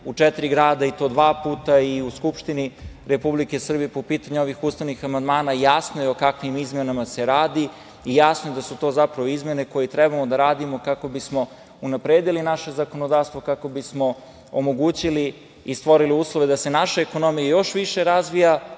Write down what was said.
u četiri grada, i to dva puta i u Skupštini Republike Srbije po pitanju ovih ustavnih amandmana, jasno je o kakvim izmenama se radi i jasno je da su to zapravo izmene koje trebamo da radimo kako bismo unapredili naše zakonodavstvo, kako bismo omogućili i stvorili uslove da se naša ekonomija još više razvija.